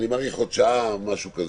אני מעריך עוד שעה פלוס.